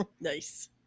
Nice